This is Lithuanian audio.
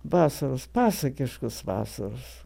vasaros pasakiškos vasaros